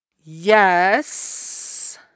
yes